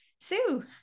Sue